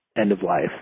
end-of-life